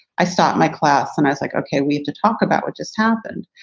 i stopped my class and i was like, ok, we have to talk about what just happened.